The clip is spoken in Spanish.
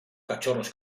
cachorros